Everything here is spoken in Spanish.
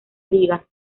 ligas